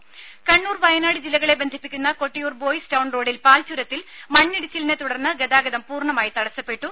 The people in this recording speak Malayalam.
രുമ കണ്ണൂർ വയനാട് ജില്ലകളെ ബന്ധിപ്പിക്കുന്ന കൊട്ടിയൂർ ബോയ്സ് ടൌൺ റോഡിൽ പാൽ ചുരത്തിൽ മണ്ണിടിച്ചിലിനെ തടർന്ന് ഗതാഗതം പൂർണ്ണമായി തടസ്സപ്പെട്ടു